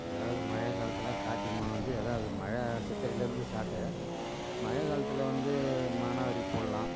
அதாவது மழைக்காலத்தில் கார்த்திகை மாத வந்து அதாவது மழை சித்திரைலேருந்து ஸ்டார்ட்டு மழைக்காலத்தில் வந்து மானாவாரி போடலாம்